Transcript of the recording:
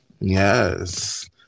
Yes